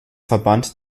verband